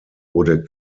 wurde